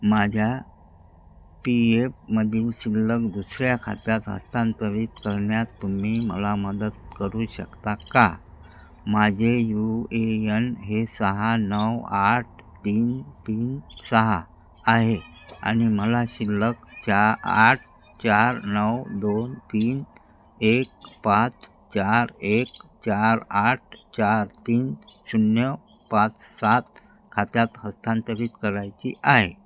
माझ्या पी एफमधील शिल्लक दुसऱ्या खात्यात हस्तांतरित करण्यात तुम्ही मला मदत करू शकता का माझे यू ए यन हे सहा नऊ आठ तीन तीन सहा आहे आणि मला शिल्लकचा आठ चार नऊ दोन तीन एक पाच चार एक चार आठ चार तीन शून्य पाच सात खात्यात हस्तांतरित करायची आहे